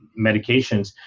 medications